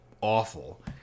awful